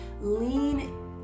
lean